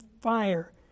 fire